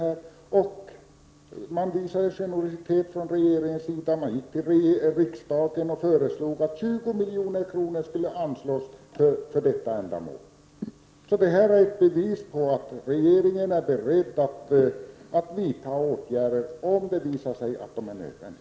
Regeringen visade då generositet och föreslog riksdagen att 20 milj.kr. skulle anslås för detta ändamål. Detta är ett bevis på att regeringen är beredd att vidta åtgärder, om det visar sig att det är nödvändigt.